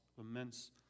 immense